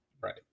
Right